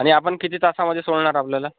आणि आपण किती तासामध्ये सोडणार आपल्याला